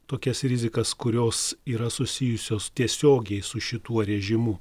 tokias rizikas kurios yra susijusios tiesiogiai su šituo režimu